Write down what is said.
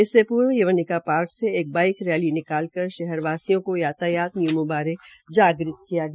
इससे पूर्व यवनिका पार्क से एक बाईक रैली निकाल कर शहर वासियों को यातायात नियमों बारे जाग़त किया गया